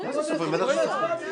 זה הכול ביחד.